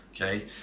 Okay